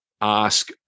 ask